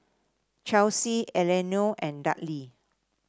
Chelsie Elenore and Dudley